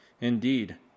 Indeed